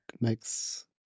makes